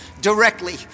directly